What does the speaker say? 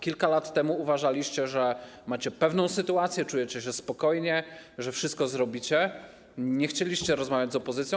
Kilka lat temu uważaliście, że macie pewną sytuację, że czujecie się spokojnie, że wszystko zrobicie, nie chcieliście rozmawiać z opozycją.